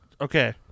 Okay